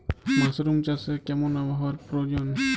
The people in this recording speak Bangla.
মাসরুম চাষে কেমন আবহাওয়ার প্রয়োজন?